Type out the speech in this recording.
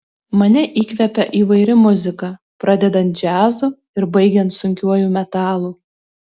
mane įkvepia įvairi muzika pradedant džiazu ir baigiant sunkiuoju metalu